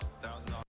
thousand